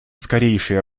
скорейшее